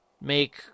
make